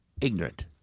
ignorant